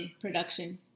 production